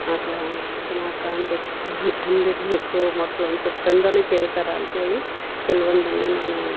ಅಥ್ವಾ ಚೆನ್ನಾಗಿ ಕಾಣಬೇಕು ಚೆಂದ ಇರಬೇಕು ಮಕ್ಳು ಒಂದು ಸ್ವಲ್ಪ ಚೆಂದವೂ ಕೇಳ್ತಾರೆ ಅಂಥೇಳಿ ಕೆಲವೊಂದನ್ನ ನಾನೂ